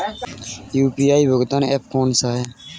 UPI भुगतान app कौन सा है?